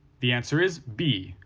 the answer is b,